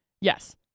Yes